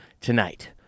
tonight